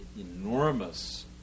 enormous